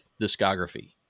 discography